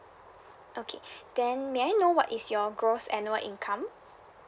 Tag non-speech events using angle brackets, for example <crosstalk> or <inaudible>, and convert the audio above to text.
okay <breath> then may I know what is your gross annual income